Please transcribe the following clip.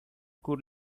could